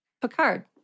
Picard